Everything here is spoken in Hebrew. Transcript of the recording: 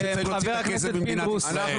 שאומרים שצריך להוציא את הכסף ממדינת ישראל.